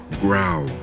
growl